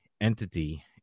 entity